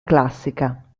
classica